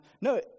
No